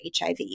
HIV